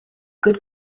good